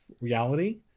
reality